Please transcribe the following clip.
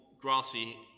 grassy